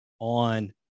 on